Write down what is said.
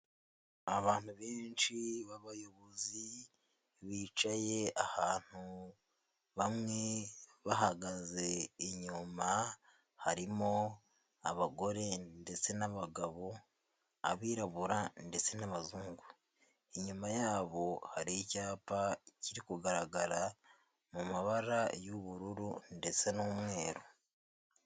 Abantu benshi b'abayobozi bicaye ahantu, bamwe bahagaze inyuma, harimo abagore ndetse n'abagabo, abirabura ndetse n'abazungu. Inyuma yabo hari icyapa kiri kugaragara mu mabara y'ubururu ndetse n'umweru.